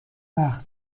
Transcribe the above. وقت